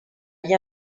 gli